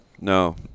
No